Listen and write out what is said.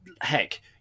heck